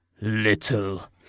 little